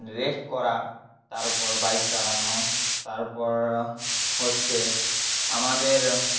rest করা তারপর bike চালানো তারপর হচ্ছে আমাদের